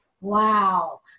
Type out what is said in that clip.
wow